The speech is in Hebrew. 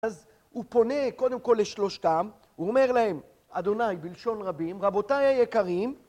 אז הוא פונה קודם כל לשלושתם. הוא אומר להם "אדוני", בלשון רבים, "רבותיי היקרים"...